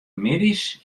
middeis